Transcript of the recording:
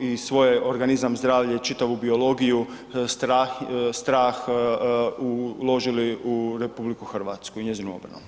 i svoje organizam, zdravlje i čitavu biologiju, strah uložili u RH i njezinu obranu.